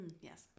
Yes